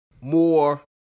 more –